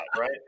right